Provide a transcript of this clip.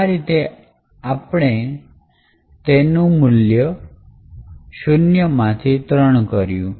આ રીતે આપણે નું મૂલ્ય શૂન્ય માંથી 3 કર્યું